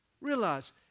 Realize